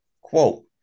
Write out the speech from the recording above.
Quote